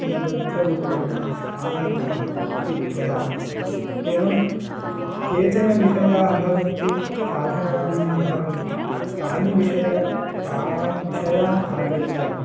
निबद्धरूपेण स्थापनीयाः इति वदामि एवं केचन विषयाः भवन्ति साधनादीनि भवन्ति तानि विषयानि तान् विषयान् आदृत्य